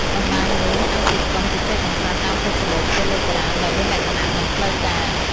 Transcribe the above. បណ្ដាញនោះអាចជាក្រុមជជែកកម្សាន្តតាមហ្វេសប៊ុក តេឡេក្រាមដែលមានលក្ខណៈមិនផ្លូវការ។